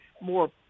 more